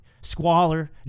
Squalor